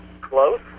close